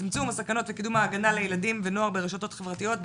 לצמצום הסכנות וקידום ההגנה לילדים ונוער ברשתות החברתיות,